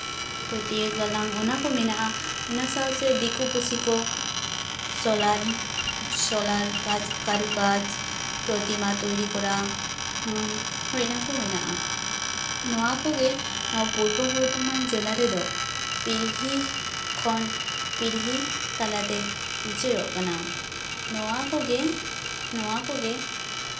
ᱯᱟᱹᱴᱭᱟᱹ ᱜᱟᱞᱟᱝ ᱚᱱᱟ ᱠᱚ ᱢᱮᱱᱟᱜᱼᱟ ᱚᱱᱟ ᱥᱟᱶ ᱥᱮ ᱫᱤᱠᱩ ᱯᱩᱥᱤ ᱠᱚ ᱥᱳᱞᱟᱨ ᱥᱳᱞᱟᱨ ᱠᱟᱡᱽ ᱠᱟᱹᱨᱩ ᱠᱟᱡᱽ ᱯᱨᱚᱛᱤᱢᱟ ᱛᱳᱭᱨᱤ ᱠᱚᱨᱟᱣ ᱦᱮᱸ ᱦᱳᱭ ᱚᱱᱟ ᱠᱚ ᱢᱮᱱᱟᱜᱼᱟ ᱱᱚᱣᱟ ᱠᱚᱜᱮ ᱯᱩᱨᱵᱚ ᱵᱚᱨᱫᱷᱚᱢᱟᱱ ᱡᱮᱞᱟ ᱨᱮᱫᱚ ᱯᱤᱲᱦᱤ ᱠᱷᱚᱱ ᱯᱤᱲᱦᱤ ᱛᱟᱞᱟᱛᱮ ᱩᱪᱟᱹᱲᱚᱜ ᱠᱟᱱᱟ ᱱᱚᱣᱟ ᱠᱚᱜᱮ ᱱᱚᱣᱟ ᱠᱚᱜᱮ